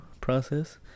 process